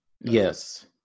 yes